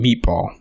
meatball